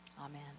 Amen